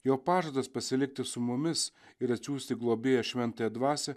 jo pažadas pasilikti su mumis ir atsiųsti globėją šventąją dvasią